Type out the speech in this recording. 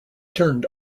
turned